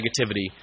negativity